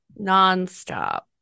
Nonstop